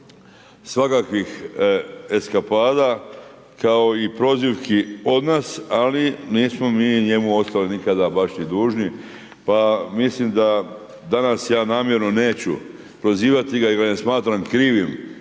svakakvih eskapada, kao i prozivki od nas, ali nismo mi njemu ostali nikada baš i dužni, pa mislim da danas ja namjerno neću prozivati ga jer ga ne smatram krivim,